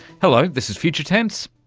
hello, this is future tense,